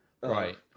right